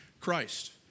Christ